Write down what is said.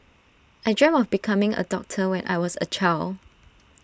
I dreamt of becoming A doctor when I was A child